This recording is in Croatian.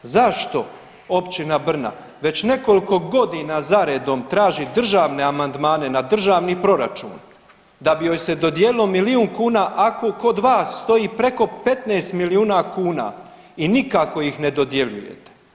Zašto općina Brna već nekoliko godina za redom traži državne amandmane na državni proračun da bi joj se dodijelilo milijun kuna ako kod vas stoji preko 15 milijuna kuna i nikako ih ne dodjeljujete?